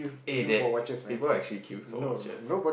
eh there people actually queue for watches